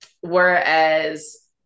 whereas